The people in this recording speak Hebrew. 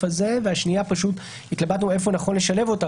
הזה ולגבי השנייה התלבטנו איפה נכון לשלב אותה.